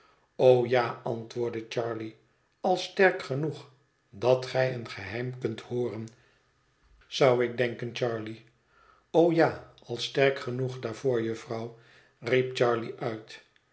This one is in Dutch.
o ja antwoordde charley al sterk genoeg dat gij een geheim kunt hooren zou ik denken charley o ja al sterk genoeg daarvoor jufvrouw riep charley uit